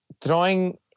throwing